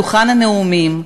לדוכן הנאומים,